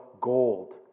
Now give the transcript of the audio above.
gold